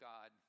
God